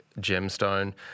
Gemstone